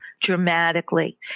dramatically